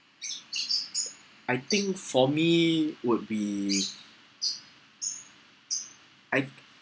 I think for me would be I